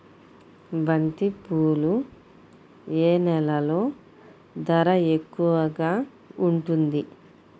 బంతిపూలు ఏ నెలలో ధర ఎక్కువగా ఉంటుంది?